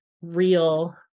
real